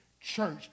church